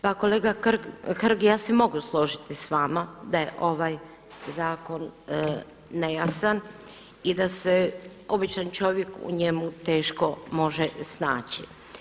Pa kolega Hrg, ja se mogu složiti sa vama da je ovaj zakon nejasan i da se običan čovjek u njemu teško može snaći.